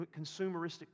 consumeristic